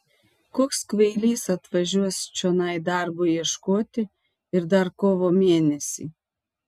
koks kvailys atvažiuos čionai darbo ieškoti ir dar kovo mėnesį